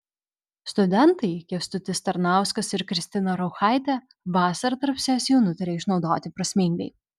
studentai kęstutis tarnauskas ir kristina rauchaitė vasarą tarp sesijų nutarė išnaudoti prasmingai